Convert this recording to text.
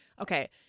Okay